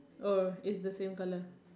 oh is the same colour